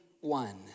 one